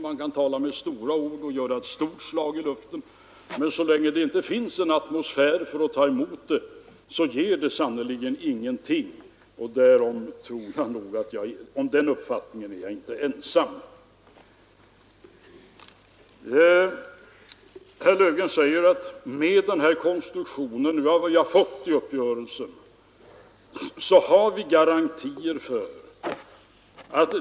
De avstämningar vi kunnat göra beträffande detaljhandelns utveckling under årets första månader visar en ökning i priser räknat på mellan 13 och 14 procent relaterat till januari i fjol. Volymökningen torde ligga på ca 7 procent.